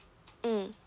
mm